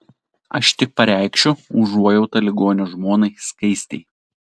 aš tik pareikšiu užuojautą ligonio žmonai skaistei